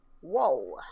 Whoa